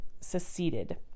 seceded